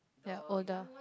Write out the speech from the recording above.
they are older